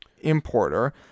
importer